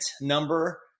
number